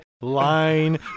line